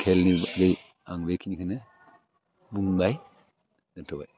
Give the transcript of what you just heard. खेलनि बागै आं बेखिनिखौनो बुंबाय दोन्थ'बाय